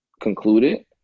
concluded